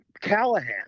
callahan